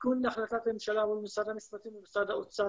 תיקון להחלטת הממשלה מול משרד המשפטים ומשרד האוצר